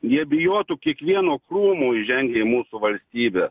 jie bijotų kiekvieno krūmo įžengę į mūsų valstybę